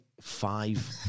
five